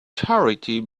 charity